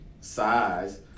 size